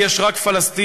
יש רק פלסטין,